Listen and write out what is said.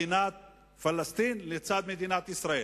מדינת פלסטין לצד מדינת ישראל,